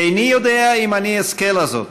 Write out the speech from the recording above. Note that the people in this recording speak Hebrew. איני יודע אם אני אזכה לזאת,